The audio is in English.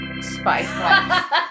spice